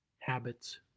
habits